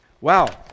Wow